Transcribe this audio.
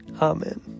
Amen